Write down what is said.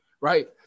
right